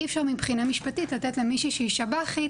אי אפשר מבחינה משפטית לתת למישהי שהיא שב"חית,